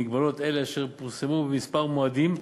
מגבלות אלה, אשר פורסמו בכמה מועדים,